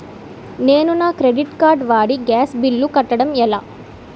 నేను నా credit card వాడి గ్యాస్ బిల్లు కట్టడం ఎలా?